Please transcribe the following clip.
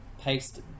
paste